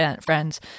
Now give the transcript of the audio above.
friends